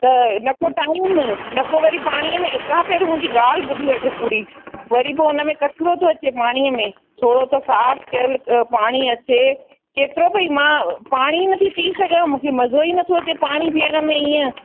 त न को टाइम न को वरी पाणीअ में तव्हां पहिरीं मुंहिंजी ॻाल्हि ॿुधी वठो पूरी वरी पोइ उन में कचिरो थो अचे पाणीअ में थोरो त साफ़ु थियल पाणी अचे केतिरो भई मां पाणी न थी पी सघां मूंखे मज़ो ई नथो अचे पाणी पीअण में ईअं